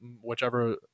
whichever